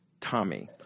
Tommy